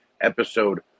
episode